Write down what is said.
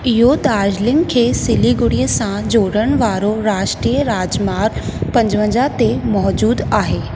इहो दार्जिलिंग खे सिलीगुड़ीअ सां जोड़ण वारो राष्ट्रीय राॼमार्गु पंजवंजाह ते मौजूदु आहे